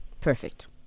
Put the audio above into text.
perfect